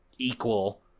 equal